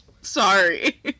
sorry